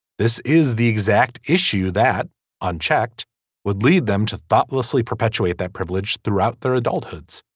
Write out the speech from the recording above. this is the exact issue that unchecked would lead them to thoughtlessly perpetuate that privilege throughout their adulthood.